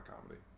Comedy